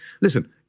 Listen